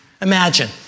Imagine